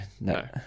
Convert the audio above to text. no